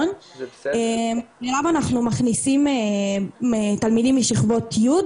אליו אנחנו מכניסים תלמידים משכבות י',